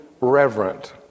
reverent